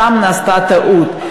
שם נעשתה טעות.